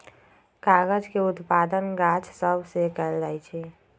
कागज के उत्पादन गाछ सभ से कएल जाइ छइ